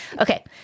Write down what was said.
Okay